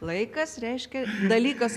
laikas reiškia dalykas